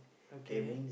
okay